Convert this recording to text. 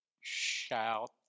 Shout